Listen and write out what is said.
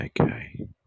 Okay